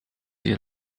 sich